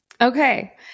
Okay